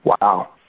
Wow